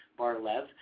Barlev